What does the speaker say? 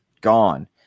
gone